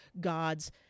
God's